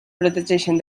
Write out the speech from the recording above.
protegeixen